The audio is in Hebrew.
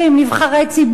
נבחרי ציבור,